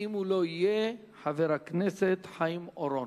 ואם הוא לא יהיה, חבר הכנסת חיים אורון.